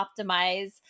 optimize